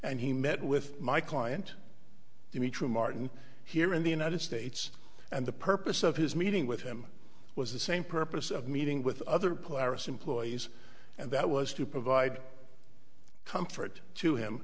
and he met with my client dimitri martin here in the united states and the purpose of his meeting with him was the same purpose of meeting with other players employees and that was to provide comfort to him